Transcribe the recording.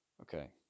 Okay